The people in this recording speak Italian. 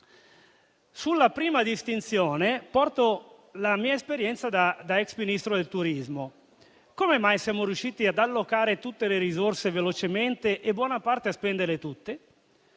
la prima distinzione, porto la mia esperienza da ex Ministro del turismo: come siamo riusciti ad allocare tutte le risorse velocemente e in buona parte a spenderle?